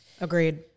Agreed